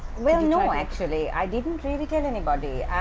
well no actually, i didn't really tell anybody.